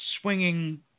swinging